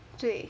对